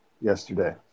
yesterday